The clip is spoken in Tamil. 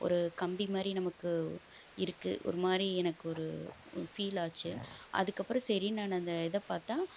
ஒரு கம்பி மாதிரி நமக்கு இருக்கு ஒருமாதிரி எனக்கு ஒரு ஃபீல் ஆச்சி அதுக்கப்புறம் சரின்னு நான் அந்த இதை பார்த்தா